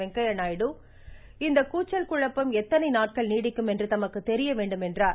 வெங்கையாநாயுடு இந்த கூச்சல் குழப்பங்கள் எத்தனை நாட்கள் நீடிக்கும் என்று தமக்கு தெரிய வேண்டும் என்றார்